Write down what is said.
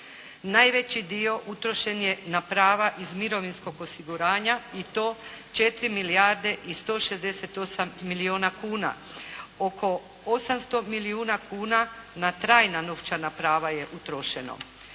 Najveći dio utrošen je na prava iz mirovinskog osiguranja i to 4 milijarde i 168 milijuna kuna. Oko 800 milijuna kuna na trajna novčana prava je utrošeno.